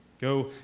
Go